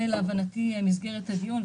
זה להבנתי מסגרת הדיון,